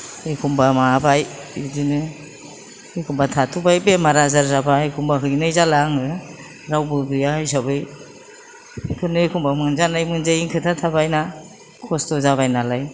एखमबा माबाबाय बिदिनो एखम्बा थाथ'बाय बेमार आजार जाबा एखम्बा हैनाय जाला आङो रावबो गैया हिसाबै खुनु रोखोमै मोनजानाय मोनजायैनि खोथा थाबायना खस्त' जाबाय नालाय